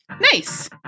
Nice